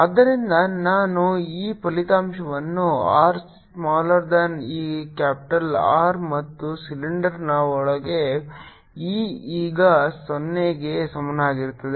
ಆದ್ದರಿಂದ ನಾನು ಈ ಫಲಿತಾಂಶವನ್ನು r smaller than capital R ಮತ್ತು ಸಿಲಿಂಡರ್ನ ಒಳಗೆ E ಈಗ 0 ಗೆ ಸಮನಾಗಿರುತ್ತದೆ